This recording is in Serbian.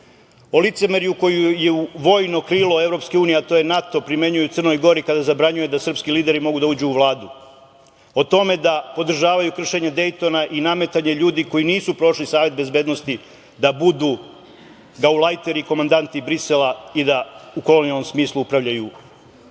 o licemerju koje je vojno krilo EU, a to je NATO primenjuje u Crnoj Gori kada zabranjuje da srpski lideri mogu da uđu u Vladu, o tome da podržavaju kršenje Dejtona i nametanje ljudi koji nisu prošli Savet bezbednosti da budu gaulajteri i komandanti Brisela i da u kolonijalnom smislu upravljaju